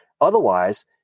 Otherwise